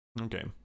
okay